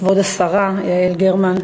כבוד השרה יעל גרמן,